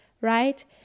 right